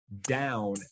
Down